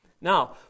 Now